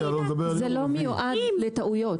זה לא מיועד לטעויות.